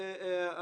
האמת, צר לי.